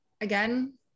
again